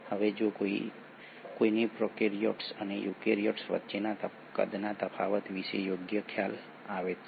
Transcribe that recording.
હવે જો કોઈને પ્રોકેરીયોટ્સ અને યુકેરીયોટ્સ વચ્ચેના કદના તફાવત વિશે યોગ્ય ખ્યાલ આવે તો